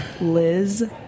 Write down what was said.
Liz